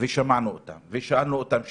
ושמענו אותם ושאלנו אותם שאלות.